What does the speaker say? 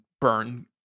burn